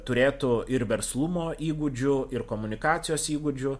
turėtų ir verslumo įgūdžių ir komunikacijos įgūdžių